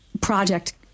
project